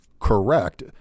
correct